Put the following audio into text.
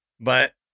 But-